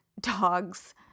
dogs